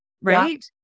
Right